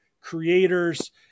creators